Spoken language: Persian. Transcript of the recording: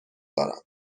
دارم